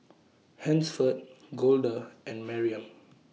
Hansford Golda and Mariam